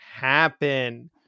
happen